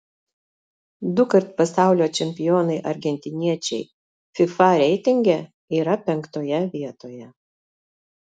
dukart pasaulio čempionai argentiniečiai fifa reitinge yra penktoje vietoje